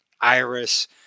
Iris